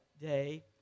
Day